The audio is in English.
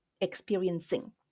experiencing